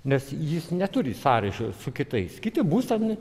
nes jis neturi sąryšio su kitais kiti bus ten